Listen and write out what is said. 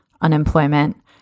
unemployment